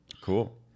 Cool